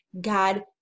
God